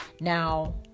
now